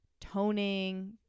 toning